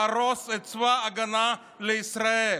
להרוס את צבא ההגנה לישראל.